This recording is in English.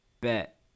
bet